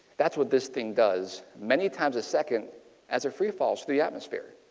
that's what this thing does. many times a second as it free falls through the atmosphere,